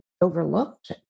overlooked